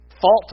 fault